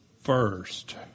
first